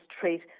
treat